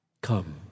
Come